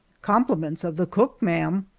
compliments of the cook, ma'am!